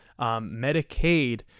Medicaid